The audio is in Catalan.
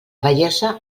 bellesa